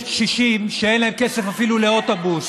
יש קשישים שאין להם כסף אפילו לאוטובוס,